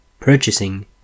Purchasing